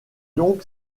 donc